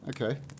Okay